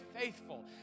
faithful